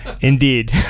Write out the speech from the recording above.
Indeed